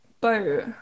boat